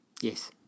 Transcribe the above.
Yes